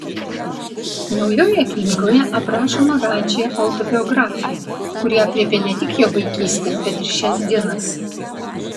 naujoje knygoje aprašoma radži autobiografija kuri aprėpia ne tik jo vaikystę bet ir šias dienas